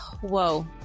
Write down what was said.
whoa